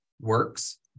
works